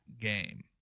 game